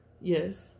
Yes